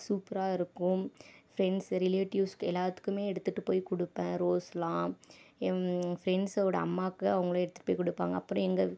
சூப்பரா இருக்கும் ஃப்ரெண்ட்ஸு ரிலேட்டிவ்ஸ்க்கு எல்லாத்துக்குமே எடுத்துட்டு போய் கொடுப்பேன் ரோஸ்லாம் ஃப்ரெண்ட்ஸோட அம்மாக்கு அவங்களே எடுத்துட்டு போய் கொடுப்பாங்க அப்புறம் எங்கள்